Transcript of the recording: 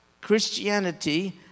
Christianity